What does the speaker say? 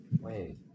Wait